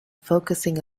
focusing